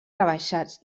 rebaixats